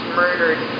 murdered